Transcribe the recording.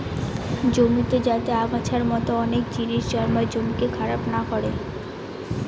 জমিতে যাতে আগাছার মতো অনেক জিনিস জন্মায় জমিকে খারাপ না করে